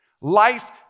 Life